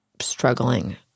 struggling